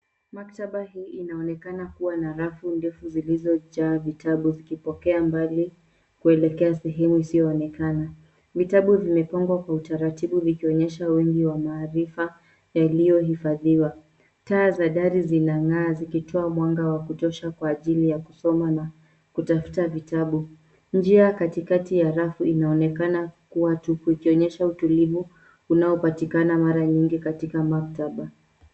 Maktaba hii inaonekana kuwa na rafu ndefu zilizojaa vitabu vikipokea mbali kuelekea sehemu isiyoonekana. Vitabu vimepangwa kwa utaratibu vikionyesha wengi wa maarifa yaliyohifadhiwa. Taa za dari zinang'aa zikitoa mwanga wa kutosha kwa ajili ya kusoma na kutafuta vitabu. Njia katikati ya rafu inaonekana kuwa tupu ikionyesha utulivu unaopatikana mara nyingi katika maktaba.